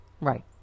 Right